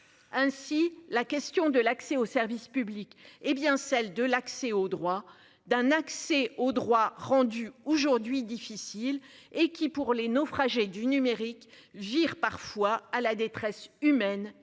Ainsi la question de l'accès au service public hé bien celle de l'accès au droit d'un accès au droit, rendu aujourd'hui difficile et qui pour les naufragés du numérique vire parfois à la détresse humaine et sociale,